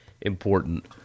important